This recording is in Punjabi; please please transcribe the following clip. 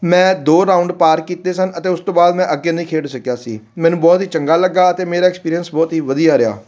ਮੈਂ ਦੋ ਰਾਊਂਡ ਪਾਰ ਕੀਤੇ ਸਨ ਅਤੇ ਉਸ ਤੋਂ ਬਾਅਦ ਮੈਂ ਅੱਗੇ ਨਹੀਂ ਖੇਡ ਸਕਿਆ ਸੀ ਮੈਨੂੰ ਬਹੁਤ ਹੀ ਚੰਗਾ ਲੱਗਾ ਅਤੇ ਮੇਰਾ ਐਕਸਪੀਰੀਅੰਸ ਬਹੁਤ ਹੀ ਵਧੀਆ ਰਿਹਾ